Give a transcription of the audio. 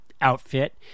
outfit